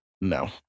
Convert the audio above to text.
no